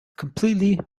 completely